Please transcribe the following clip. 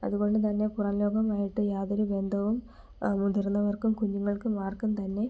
അതുകൊണ്ട് തന്നെ പുറംലോകവുമായിട്ട് യാതൊരു ബന്ധവും മുതിർന്നവർക്കും കുഞ്ഞുങ്ങൾക്കും ആർക്കും തന്നെ